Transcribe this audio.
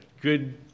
Good